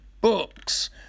books